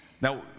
Now